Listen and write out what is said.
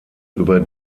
über